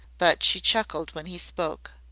but she chuckled when he spoke.